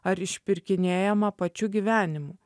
ar išpirkinėjama pačiu gyvenimu